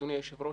אדוני היושב ראש,